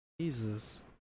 Jesus